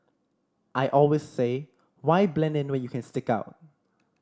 I always say why blend in when you can stick out